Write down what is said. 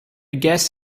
guess